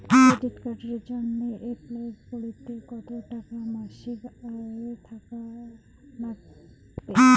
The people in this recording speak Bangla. ক্রেডিট কার্ডের জইন্যে অ্যাপ্লাই করিতে কতো টাকা মাসিক আয় থাকা নাগবে?